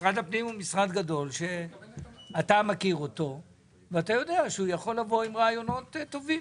משרד הפנים הוא משרד גדול שיכול לבוא עם רעיונות טובים.